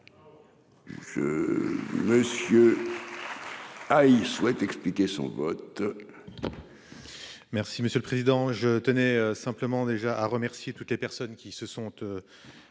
Monsieur. Ah il souhaite expliquer son vote. Merci, monsieur le Président, je tenais simplement déjà à remercier toutes les personnes qui se sont.